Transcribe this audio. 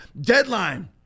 deadline